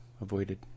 avoided